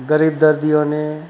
ગરીબ દર્દીઓને